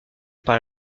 par